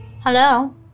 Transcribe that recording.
Hello